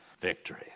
Victory